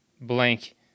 blank